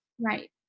Right